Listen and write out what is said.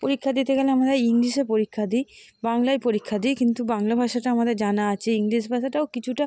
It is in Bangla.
পরীক্ষা দিতে গেলে আমরা ইংলিশে পরীক্ষা দিই বাংলায় পরীক্ষা দিই কিন্তু বাংলা ভাষাটা আমাদের জানা আছে ইংলিশ ভাষাটাও কিছুটা